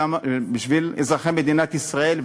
בשביל אזרחי מדינת ישראל,